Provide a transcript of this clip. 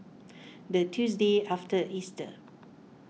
the Tuesday after Easter